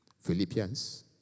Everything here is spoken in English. Philippians